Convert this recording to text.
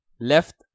left